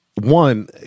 one